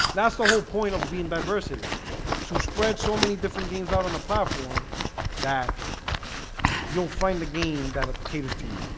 that's the whole point of being diversity to spread so many different games out on a platform that you'll find the game that ah caters to you.